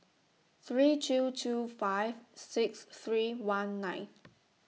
three two two five six three one nine